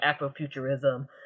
Afrofuturism